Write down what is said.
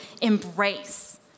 embrace